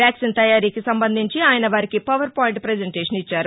vaccine తయారీకి సంబంధించి ఆయన వారికి పవర్ పాయింట్ పజెంటేషన్ ఇచ్చారు